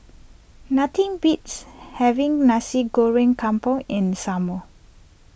nothing beats having Nasi Goreng Kampung in the summer